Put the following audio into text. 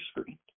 screen